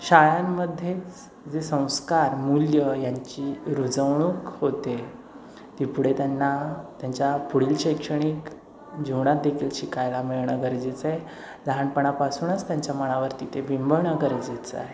शाळांमध्येच जे संस्कारमूल्य यांची रुजवणूक होते ती पुढे त्यांना त्यांच्या पुढील शैक्षणिक जीवनात देखील शिकायला मिळणं गरजेचं आहे लहानपणापासूणच त्यांच्या मनावर तिथे बिंबवणं गरजेचं आहे